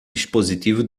dispositivo